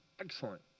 excellent